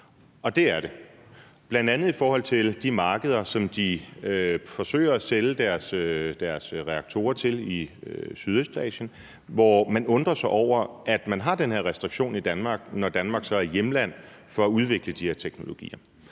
og det er det, bl.a. i forhold til de markeder, som de forsøger at sælge deres reaktorer til i Sydøstasien, hvor man undrer sig over, at man har den her restriktion i Danmark, når Danmark så er hjemland for at udvikle de her teknologier.